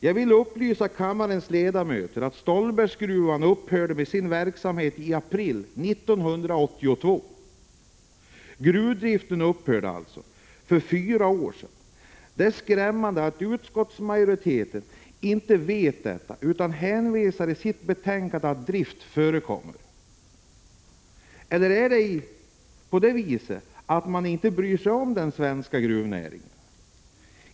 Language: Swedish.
Jag vill upplysa kammarens ledamöter om att verksamheten vid Stolbergsgruvan upphörde i april 1982. Gruvdriften upphörde alltså för fyra år sedan. Det är skrämmande att utskottsmajoriteten inte vet detta utan skriver i betänkandet att drift förekommer. Eller är det på det viset att man inte bryr sig om den svenska gruvnäringen?